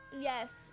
Yes